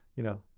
you know,